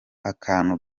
akantu